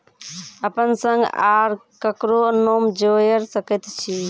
अपन संग आर ककरो नाम जोयर सकैत छी?